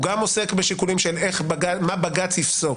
הוא גם עוסק בשיקולים של איך בג"ץ יפסוק,